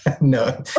no